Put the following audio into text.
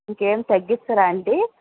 ఇంకేం తగ్గించరా అండీ